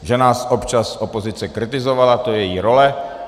Že nás občas opozice kritizovala, to je její role.